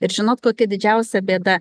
ir žinot kokia didžiausia bėda